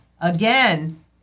again